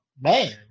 man